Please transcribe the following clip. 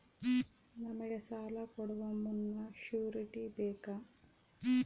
ನಮಗೆ ಸಾಲ ಕೊಡುವ ಮುನ್ನ ಶ್ಯೂರುಟಿ ಬೇಕಾ?